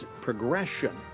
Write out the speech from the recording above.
progression